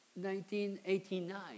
1989